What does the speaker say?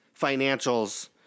financials